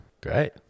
great